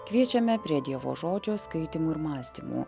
kviečiame prie dievo žodžio skaitymų ir mąstymų